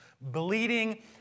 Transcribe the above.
Bleeding